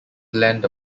blend